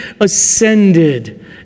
ascended